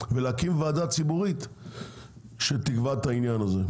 ולהקים ועדה ציבורית שתקבע את העניין הזה,